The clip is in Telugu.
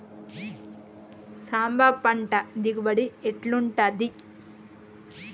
సాంబ పంట దిగుబడి ఎట్లుంటది?